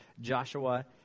Joshua